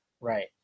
Right